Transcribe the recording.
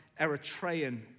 Eritrean